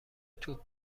توپ